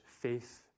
faith